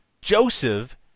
Joseph